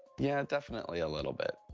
yeah, definitely a little bit.